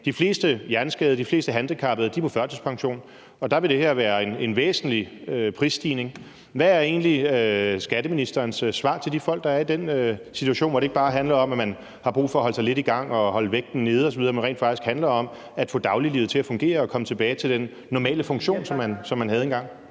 De fleste hjerneskadede og de fleste handicappede er på førtidspension, og for dem vil det her være en væsentlig prisstigning. Hvad er egentlig skatteministerens svar til de folk, der er i den situation, hvor det ikke bare handler om, at man har brug for at holde sig lidt i gang og holde vægten nede osv., men det rent faktisk handler om at få dagliglivet til at fungere og komme tilbage til den normale funktion, som man havde engang?